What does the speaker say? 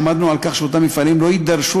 עמדנו על כך שאותם מפעלים לא יידרשו